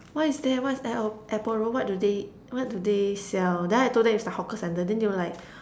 what is there what is at airport-road what do they what do they sell then I told them it's the hawker centre then they were like